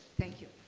thank you.